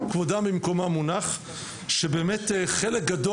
כבודם במקומם מונח היא שבאמת חלק גדול